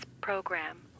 program